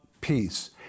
peace